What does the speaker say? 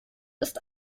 ist